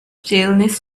stainless